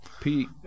Pete